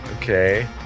Okay